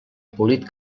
polit